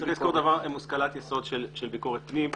צריך לזכור מושכלת יסוד של ביקורת פנים.